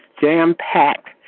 jam-packed